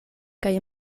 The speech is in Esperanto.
kaj